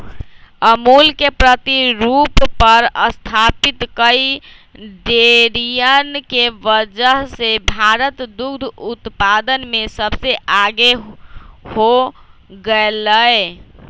अमूल के प्रतिरूप पर स्तापित कई डेरियन के वजह से भारत दुग्ध उत्पादन में सबसे आगे हो गयलय